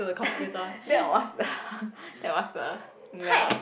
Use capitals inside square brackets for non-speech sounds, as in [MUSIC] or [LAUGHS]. [LAUGHS] that was the [LAUGHS] that was the mm ya